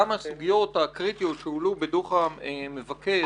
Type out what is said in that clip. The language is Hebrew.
גם הסוגיות הקריטיות שהועלו בדוח המבקר